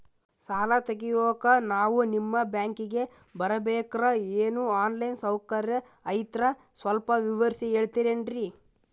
ಸಾಲ ತೆಗಿಯೋಕಾ ನಾವು ನಿಮ್ಮ ಬ್ಯಾಂಕಿಗೆ ಬರಬೇಕ್ರ ಏನು ಆನ್ ಲೈನ್ ಸೌಕರ್ಯ ಐತ್ರ ಸ್ವಲ್ಪ ವಿವರಿಸಿ ಹೇಳ್ತಿರೆನ್ರಿ?